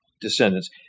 descendants